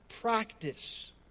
practice